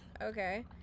Okay